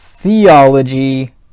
theology